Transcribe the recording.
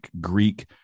Greek